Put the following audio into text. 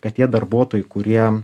kad tie darbuotojai kurie